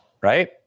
right